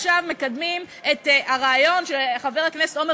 עכשיו מקדמים את הרעיון שחבר הכנסת עמר